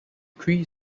cree